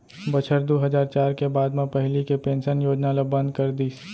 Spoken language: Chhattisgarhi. बछर दू हजार चार के बाद म पहिली के पेंसन योजना ल बंद कर दिस